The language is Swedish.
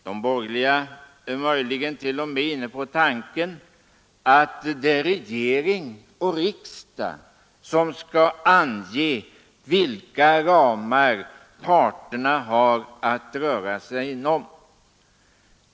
De borgerliga är möjligen t.o.m. inne på tanken att det är regering och riksdag som skall ange vilka ramar parterna har att röra sig inom.